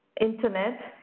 Internet